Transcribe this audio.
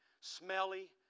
smelly